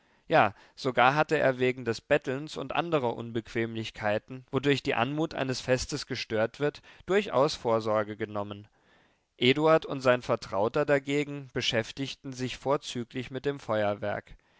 ja sogar hatte er wegen des bettelns und andrer unbequemlichkeiten wodurch die anmut eines festes gestört wird durchaus vorsorge genommen eduard und sein vertrauter dagegen beschäftigten sich vorzüglich mit dem feuerwerk